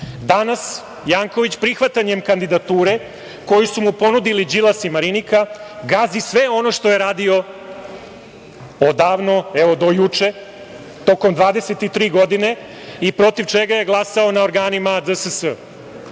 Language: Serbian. Danas Janković prihvatanjem kandidature koju su mu ponudili Đilas i Marinika gazi sve ono što je radio odavno, evo do juče, tokom 23 godine, i protiv čega je glasao na organima DSS.